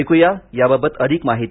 ऐकूया याबाबत अधिक माहिती